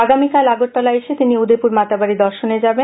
আগামীকাল আগরতলা এসে তিনি উদ্য়পুর মাতাবাড়ি দর্শনে যাবেন